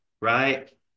right